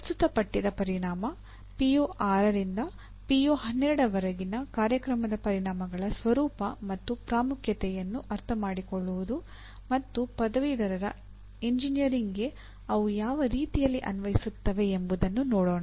ಪ್ರಸ್ತುತ ಪಠ್ಯದ ಪರಿಣಾಮ ಪಿಒ6 ವರೆಗಿನ ಕಾರ್ಯಕ್ರಮದ ಪರಿಣಾಮಗಳ ಸ್ವರೂಪ ಮತ್ತು ಪ್ರಾಮುಖ್ಯತೆಯನ್ನು ಅರ್ಥಮಾಡಿಕೊಳ್ಳುವುದು ಮತ್ತು ಪದವೀಧರ ಎಂಜಿನಿಯರ್ಗೆ ಅವು ಯಾವ ರೀತಿಯಲ್ಲಿ ಅನ್ವಯಿಸುತ್ತವೆ ಎಂಬುದನ್ನು ನೋಡೋಣ